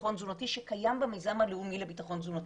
לביטחון תזונתי" שקיים במיזם הלאומי לביטחון תזונתי.